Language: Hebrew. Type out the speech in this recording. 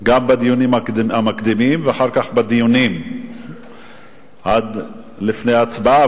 גם בדיונים המקדימים ואחר כך בדיונים עד לפני ההצבעה.